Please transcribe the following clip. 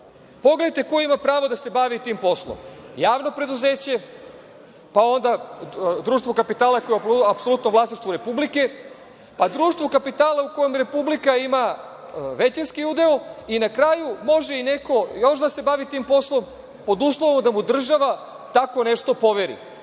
Pogledajte ko ima pravo da se bavi tim poslom, javno preduzeće, pa onda društvo kapitala koje je apsolutno u vlasništvu Republike, pa društvo kapitala u kojem Republika ima većinski udeo i na kraju može i neko još da se bavi tim poslom, pod uslovom da mu država tako nešto poveri.